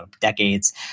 decades